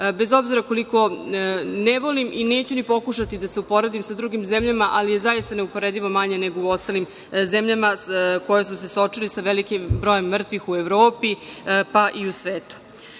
bez obzira koliko ne volim i neću ni pokušati da se uporedim sa drugim zemljama, ali je zaista neuporedivo manja nego u ostalim zemljama koje su se suočile sa velikim brojem mrtvih u Evropi, pa i u